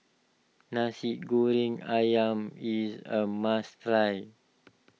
Nasi Goreng Ayam is a must try